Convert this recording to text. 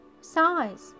size